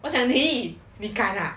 你看看